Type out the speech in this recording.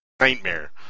Nightmare